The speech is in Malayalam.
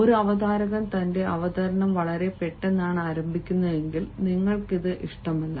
ഒരു അവതാരകൻ തന്റെ അവതരണം വളരെ പെട്ടെന്നാണ് ആരംഭിക്കുന്നതെങ്കിൽ നിങ്ങൾക്കിത് ഇഷ്ടമല്ല